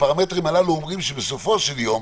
שאומרים שבסופו של דבר,